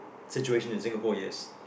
situation in Singapore yes